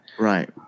Right